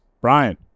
Brian